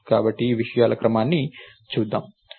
కాబట్టి విషయాల క్రమాన్ని చూద్దాం